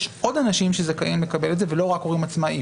אזי יש עוד אנשים שזכאים לקבל את הסיוע ולא רק הורים עצמאיים.